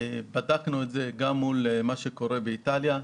בדקנו את זה גם מול מה שקורה באיטליה.